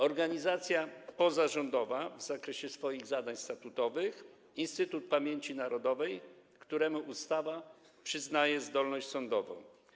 Organizacja pozarządowa w zakresie swoich zadań statutowych, Instytut Pamięci Narodowej, któremu ustawa przyznaje zdolność sądową.